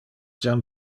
jam